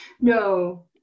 no